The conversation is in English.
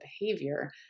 behavior